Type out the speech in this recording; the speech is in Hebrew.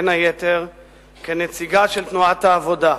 בין היתר כנציגה של תנועת העבודה,